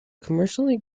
commercially